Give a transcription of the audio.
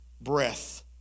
breath